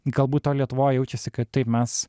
galbūt toj lietuvoj jaučiasi kad taip mes